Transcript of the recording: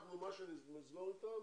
מה שנסגור אתם,